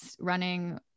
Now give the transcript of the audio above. running